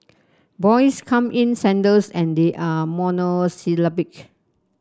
boys come in sandals and they are monosyllabic